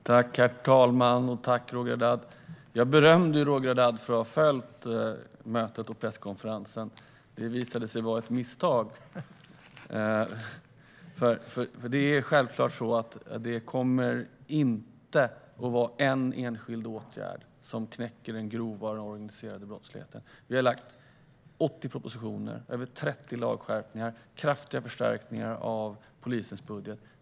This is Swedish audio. Herr talman! Jag berömde Roger Haddad för att ha följt mötet och presskonferensen. Det visade sig vara ett misstag. Det kommer självklart inte att vara en enskild åtgärd som knäcker den grova organiserade brottsligheten. Vi har lagt fram 80 propositioner och gjort över 30 lagskärpningar. Vi har gjort kraftiga förstärkningar av polisens budget.